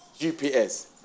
GPS